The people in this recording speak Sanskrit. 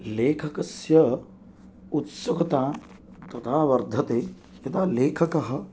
लेखकस्य उत्सुकता तदा वर्धते यदा लेखकः